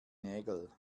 nägel